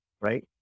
right